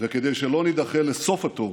וכדי שלא נידחה לסוף התור